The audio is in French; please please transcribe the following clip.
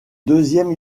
deuxième